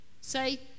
say